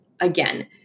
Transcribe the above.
again